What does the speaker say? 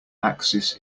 axis